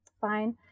fine